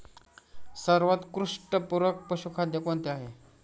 सर्वोत्कृष्ट पूरक पशुखाद्य कोणते आहे?